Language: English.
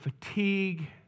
fatigue